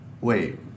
Wait